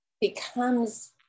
becomes